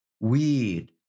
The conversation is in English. weed